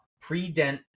pre-dent